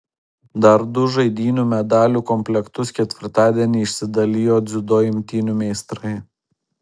dar du žaidynių medalių komplektus ketvirtadienį išsidalijo dziudo imtynių meistrai